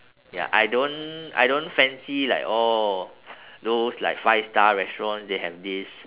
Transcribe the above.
ya I don't I don't fancy like oh those like five star restaurants they have this